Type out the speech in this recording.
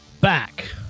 back